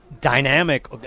dynamic